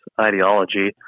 ideology